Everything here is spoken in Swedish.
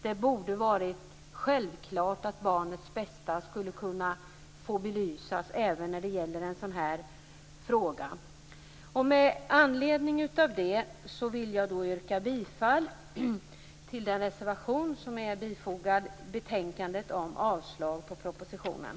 Det borde ha varit självklart att barnens bästa skulle belysas även i en sådan här fråga. Med anledning av detta yrkar jag bifall till den reservation som är fogad till betänkandet och avslag på propositionen.